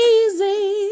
easy